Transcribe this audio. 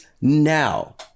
now